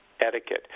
etiquette